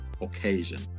occasion